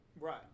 Right